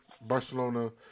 Barcelona